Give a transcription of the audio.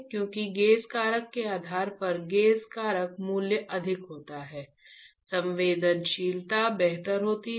क्योंकि गेज कारक के आधार पर गेज कारक मूल्य अधिक होता है संवेदनशीलता बेहतर होती है